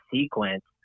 sequence